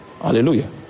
Hallelujah